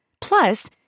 Plus